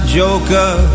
joker